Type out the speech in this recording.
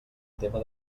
tema